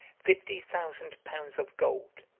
fifty thousand pounds of gold,